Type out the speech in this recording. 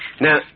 Now